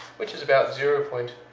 which is about zero point